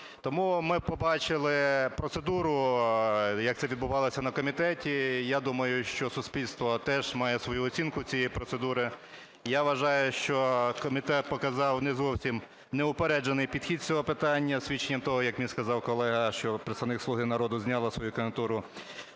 Тому ми побачили процедуру, як це відбувалося на комітеті, і я думаю, що суспільство теж має свою оцінку цієї процедури. Я вважаю, що комітет показав не зовсім неупереджений підхід з цього питання, свідченням того, як мій сказав колега, що представник із "Слуги народу" зняла свою кандидатуру